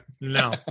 no